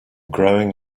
growing